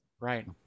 right